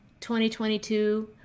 2022